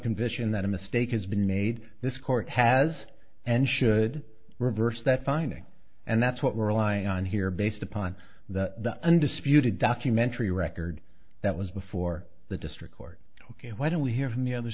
conviction that a mistake has been made this court has and should reverse that finding and that's what we're relying on here based upon the undisputed documentary record that was before the district court ok why don't we hear from the other